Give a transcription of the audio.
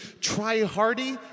try-hardy